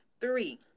three